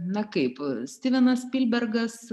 na kaip stivenas spilbergas